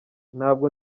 ntabwo